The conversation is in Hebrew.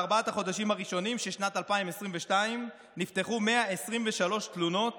בארבעת החודשים הראשונים של שנת 2022 נפתחו 123 תלונות